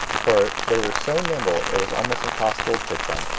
for they were so nimble it was almost impossible to hit them,